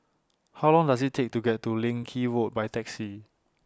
How Long Does IT Take to get to Leng Kee Road By Taxi